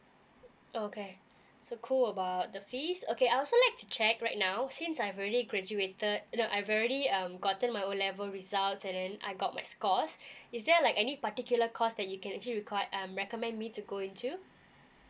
okay so cool about the fees okay I also like to check right now since I've already graduated no I've already um gotten my O level results and then I got my scores is there like any particular coutse that you can actually require um recommend me to go into